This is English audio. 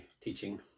teaching